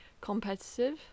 competitive